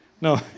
No